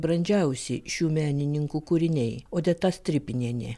brandžiausi šių menininkų kūriniai odeta stripinienė